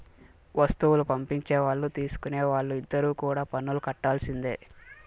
వస్తువులు పంపించే వాళ్ళు తీసుకునే వాళ్ళు ఇద్దరు కూడా పన్నులు కట్టాల్సిందే